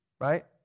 right